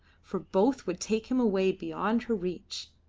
for both would take him away beyond her reach.